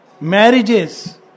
Marriages